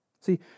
See